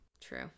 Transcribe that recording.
True